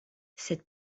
cette